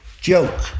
joke